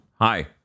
Hi